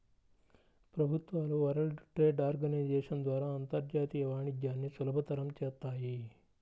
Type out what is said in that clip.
ప్రభుత్వాలు world trade organisation ద్వారా అంతర్జాతీయ వాణిజ్యాన్ని సులభతరం చేత్తాయి